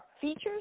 features